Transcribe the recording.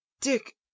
dick